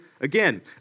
Again